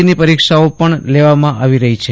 બોર્ડની પરીક્ષાઓ પણ લેવામાં આવી રહી છે